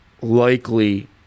likely